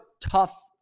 tough